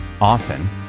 often